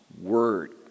word